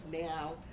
now